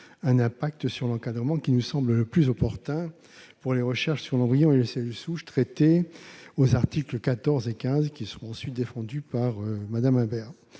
un impact sur l'encadrement qui nous semble le plus opportun pour les recherches sur l'embryon et les cellules souches, traitées aux articles 14 et 15. Avant d'aborder l'article